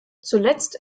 zuletzt